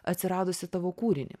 atsiradusį tavo kūrinį